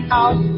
out